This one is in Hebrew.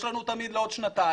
יש לנו תמיד לעוד שנתיים,